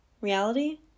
Reality